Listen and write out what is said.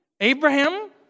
Abraham